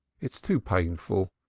it's too painful.